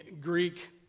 Greek